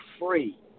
free